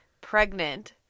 pregnant